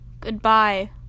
goodbye